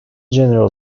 general